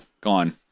gone